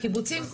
לקיבוצים,